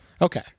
Okay